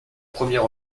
premier